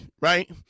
right